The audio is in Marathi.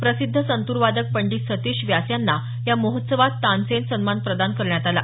प्रसिद्ध संतूरवादक पंडित सतीश व्यास यांना या महोत्सवात तानसेन सन्मान प्रदान करण्यात आला